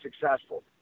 successful